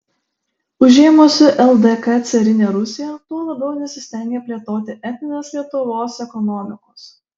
užėmusi ldk carinė rusija tuo labiau nesistengė plėtoti etninės lietuvos ekonomikos